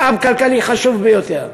משאב כלכלי חשוב ביותר.